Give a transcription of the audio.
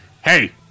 hey